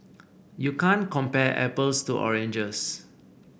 you can't compare apples to oranges